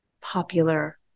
popular